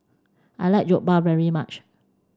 I like Jokbal very much